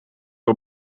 een